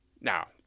Now